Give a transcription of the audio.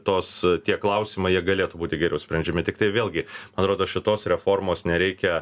tos tie klausimai jie galėtų būti geriau sprendžiami tiktai vėlgi man rodos šitos reformos nereikia